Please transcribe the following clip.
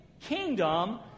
kingdom